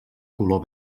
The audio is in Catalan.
color